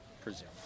presume